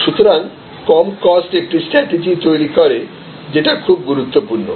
সুতরাং এই কম কস্ট একটি স্ট্র্যাটিজি তৈরি করে যেটা খুব গুরুত্বপূর্ণ